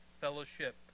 fellowship